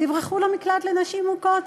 תברחו למקלט לנשים מוכות.